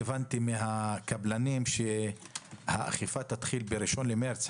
הבנתי מן הקבלנים שהאכיפה תתחיל ב-1 במרץ.